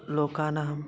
लोकानाम्